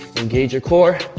engage your core.